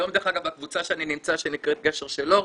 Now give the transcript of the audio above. היום בקבוצה שאני נמצא, שנקראת 'גשר של אושר',